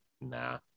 nah